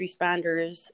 responders